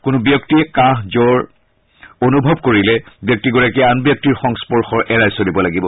কোনো ব্যক্তিয়ে কাহ আৰু জৰ অনুভৱ কৰিলে ব্যক্তিগৰাকীয়ে আন ব্যক্তিৰ সংস্পৰ্শ এৰাই চলিব লাগিব